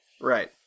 Right